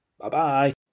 Bye-bye